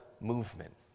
movement